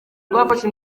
rwafashe